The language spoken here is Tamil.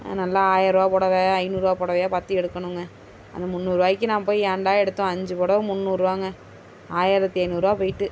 நல்லா ஆயிரம் ரூபா புடவ ஐநூறு ரூபா புடவையா பார்த்து எடுக்கணும்ங்க அந்த முன்னூறு ரூபாக்கி நான் போய் ஏன்டா எடுத்தோம் அஞ்சு புடவ முன்னூறு ரூபாங்க ஆயிரத்து ஐநூறு ரூபா போயிட்டு